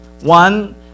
one